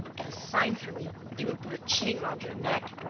at a sign from me, they will put a chain round your neck.